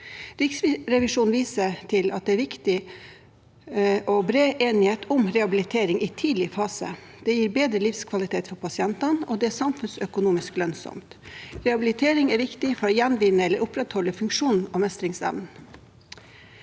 Riksrevisjonen viser til at det er bred enighet om viktigheten av rehabilitering i tidlig fase. Det gir bedre livskvalitet for pasientene, og det er samfunnsøkonomisk lønnsomt. Rehabilitering er viktig for å gjenvinne eller opprettholde funksjons- og mestringsevnen.